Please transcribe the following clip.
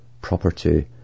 property